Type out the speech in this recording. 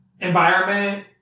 environment